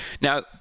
Now